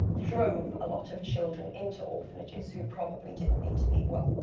drove a lot of children into orphanages who probably didn't need to be well,